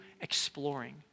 exploring